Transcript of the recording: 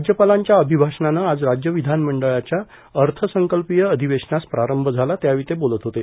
राज्यपालांच्या अभिभाषणानं आज राज्य विधानमंडळाच्या अर्यसंकल्पीय अधिवेश्वनास प्रारंम झाला त्यावेळी ते बोलत होते